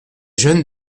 jeunes